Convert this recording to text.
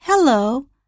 Hello